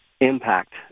impact